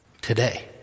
today